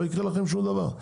לא יקרה לכם שום דבר.